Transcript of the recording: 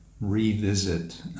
revisit